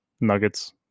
Nuggets